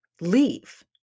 leave